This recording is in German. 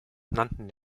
nannten